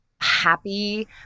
happy